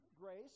grace